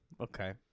Okay